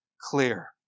clear